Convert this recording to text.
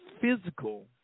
physical